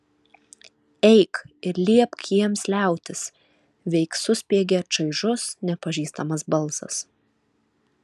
eik ir liepk jiems liautis veik suspiegė čaižus nepažįstamas balsas